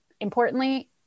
Importantly